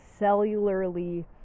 cellularly